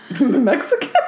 Mexican